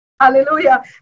Hallelujah